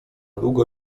długo